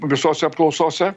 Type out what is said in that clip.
visose apklausose